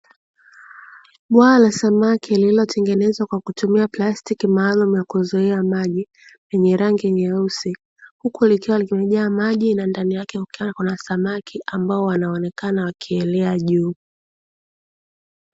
Bwawa la samaki lililotengenezwa kwa kutumia plastiki maalumu ya kuzuia maji yenye rangi nyeusi, huku likiwa limejaa maji na ndani yake kukiwa kuna samaki ambao wanaonekana wakielea juu.